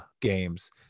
games